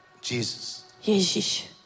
Jesus